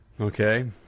Okay